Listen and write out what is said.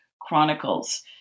chronicles